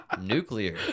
Nuclear